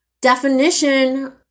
definition